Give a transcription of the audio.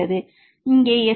இங்கே fU நீங்கள் 0